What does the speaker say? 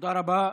תודה רבה.